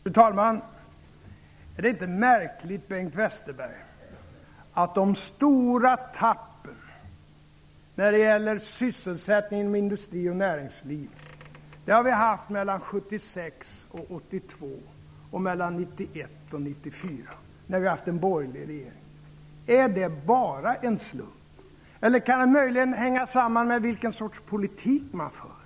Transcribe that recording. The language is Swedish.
Fru talman! Är det inte märkligt, Bengt Westerberg, att vi har haft de stora ''tappen'' när det gäller sysselsättning, industri och näringsliv mellan 1976 och 1982 samt mellan 1991 och 1994 när vi har haft en borgerlig regering? Är det bara en slump? Eller kan det möjligen hänga samman med vilken sorts politik som man för?